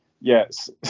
Yes